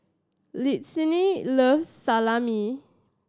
Lindsey loves Salami